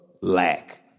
lack